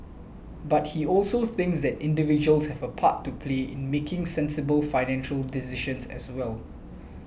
but he also thinks that individuals have a part to play in making sensible financial decisions as well